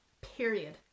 Period